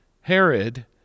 Herod